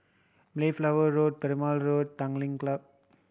Mayflower Road Perumal Road Tanglin Club